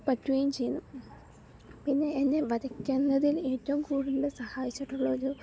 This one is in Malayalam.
പറ്റുകയും ചെയ്യും പിന്നെ എന്നെ വരയ്ക്കുന്നതിൽ ഏറ്റവും കൂടുതൽ സഹായിച്ചിട്ടുള്ളത്